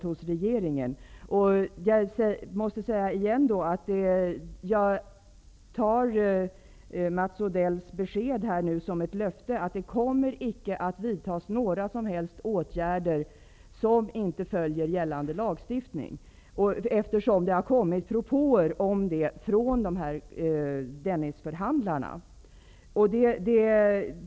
Jag måste åter säga att jag tar Mats Odells besked som ett löfte att det inte kommer att vidtas några som helst åtgärder som inte följer gällande lagstiftning, eftersom det har kommit propåer om det från Dennisförhandlarna.